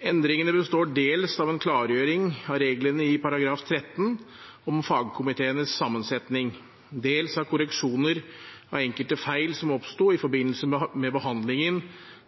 Endringene består dels av en klargjøring av reglene i § 13 om fagkomiteenes sammensetning, dels av korreksjoner av enkelte feil som oppsto i forbindelse med behandlingen